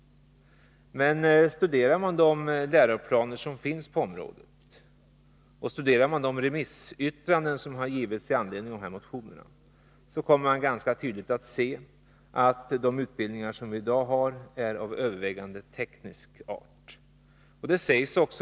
Men studerar man de läroplaner som finns på området och de remissyttranden som avgivits i anledning av motionerna, kommer man ganska tydligt att se att de utbildningar som vi i dag har är av övervägande teknisk art.